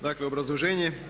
Dakle obrazloženje.